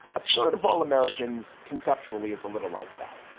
a third of all americans conceptually is a little like that.